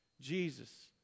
Jesus